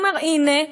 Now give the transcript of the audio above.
הוא אומר: הנה,